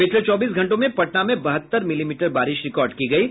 पिछले चौबीस घंटों में पटना में बहत्तर मिलीमीटर बारिश रिकॉर्ड की गयी